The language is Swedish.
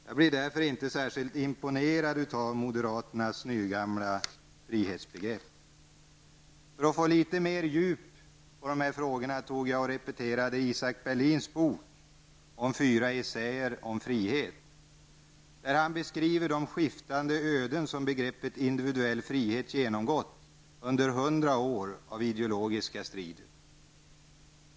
Jag blir därför inte särskilt imponerad av moderaternas nygamla frihetsbegrepp. För att få litet mer djup när det gäller dessa frågor repeterade jag Isaiah Berlins bok Fyra essäer om frihet. Där beskriver han de skiftande öden som begreppet individuell frihet genomgått under hundra år av ideologiska strider.